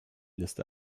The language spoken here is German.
liste